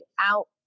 out